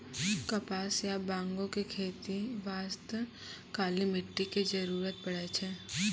कपास या बांगो के खेती बास्तॅ काली मिट्टी के जरूरत पड़ै छै